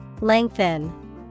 Lengthen